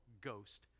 ghost